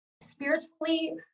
spiritually